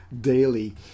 daily